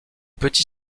petit